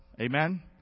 Amen